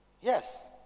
Yes